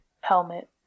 helmet